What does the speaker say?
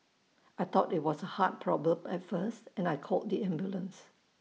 I thought IT was A heart problem at first and I called the ambulance